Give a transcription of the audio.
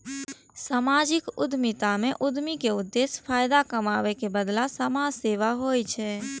सामाजिक उद्यमिता मे उद्यमी के उद्देश्य फायदा कमाबै के बदला समाज सेवा होइ छै